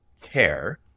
care